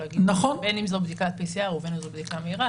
בין אם זן בדיקת PCR ובין אם זו בדיקה מהירה,